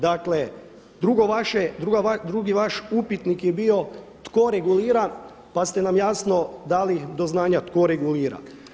Dakle drugi vaš upitnik je bio tko regulira, pa ste nam jasno dali do znanja tko regulira